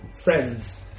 friends